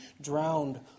drowned